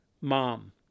mom